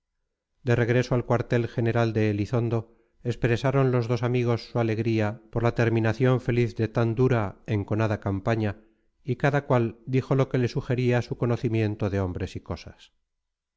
de regreso al cuartel general de elizondo expresaron los dos amigos su alegría por la terminación feliz de tan dura enconada campaña y cada cual dijo lo que le sugería su conocimiento de hombres y cosas